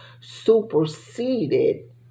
superseded